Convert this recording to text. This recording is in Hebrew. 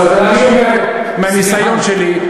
מהניסיון שלי,